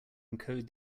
encode